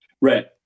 right